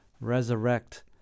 resurrect